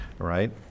Right